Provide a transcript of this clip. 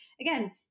again